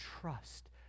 trust